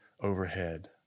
overhead